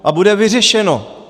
A bude vyřešeno.